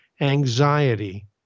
anxiety